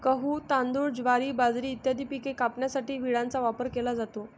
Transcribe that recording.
गहू, तांदूळ, ज्वारी, बाजरी इत्यादी पिके कापण्यासाठी विळ्याचा वापर केला जातो